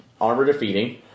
armor-defeating